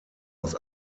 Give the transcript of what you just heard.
aus